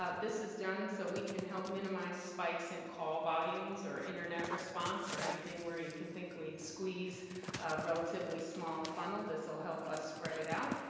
ah this is done so we can help minimize spikes in call volumes or internet response or anything where you can think we would squeeze relatively small funnel. this will help us spread it out.